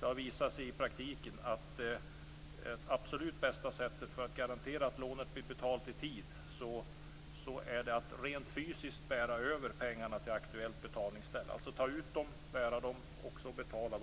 Det har visat sig i praktiken att det absolut bästa sättet att garantera att lånet blir betalat i tid är att ta ut pengarna och rent fysiskt bära över dem